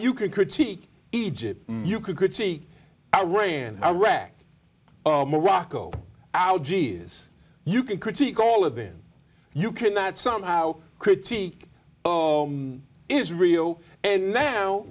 you can critique egypt you could see iran iraq morocco algeria's you can critique all of them you cannot somehow critique israel and now